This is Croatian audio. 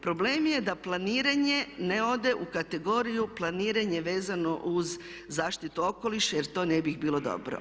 Problem je da planiranje ne ode u kategoriju planiranje vezano uz zaštitu okoliša jer to ne bi bilo dobro.